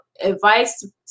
advice